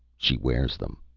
she wears them.